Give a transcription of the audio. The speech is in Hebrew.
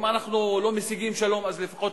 אם אנחנו לא משיגים שלום אז לפחות